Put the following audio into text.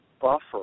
buffer